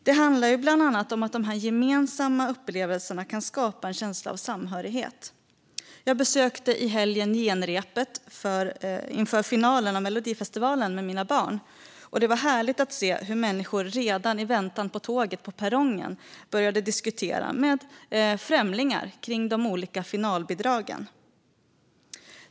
Det handlar bland annat om att de gemensamma upplevelserna kan skapa en känsla av samhörighet. Jag besökte i helgen genrepet inför finalen av Melodifestivalen med mina barn. Det var härligt att se hur människor redan på perrongen i väntan på tåget började diskutera de olika finalbidragen med främlingar.